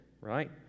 right